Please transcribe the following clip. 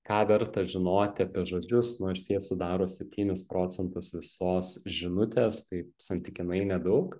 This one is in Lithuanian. ką verta žinoti apie žodžius nors jie sudaro septynis procentus visos žinutės taip santykinai nedaug